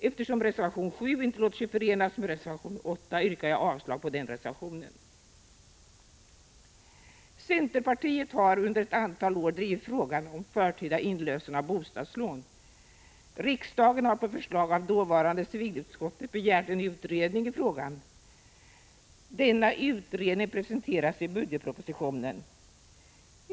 Eftersom reservation 7 inte låter sig förenas med reservation 8 yrkar jag avslag på den reservationen. Centerpartiet har under ett antal år drivit frågan om förtida inlösen av bostadslån. Riksdagen har på förslag av dåvarande civilutskottet begärt en utredning i frågan. Denna utredning presenteras i budgetpropositionen.